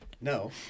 No